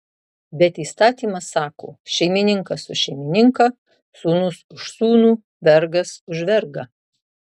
bet įstatymas sako šeimininkas už šeimininką sūnus už sūnų vergas už vergą